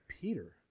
Peter